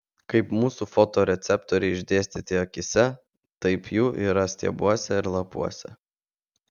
kaip mūsų fotoreceptoriai išdėstyti akyse taip jų yra stiebuose ir lapuose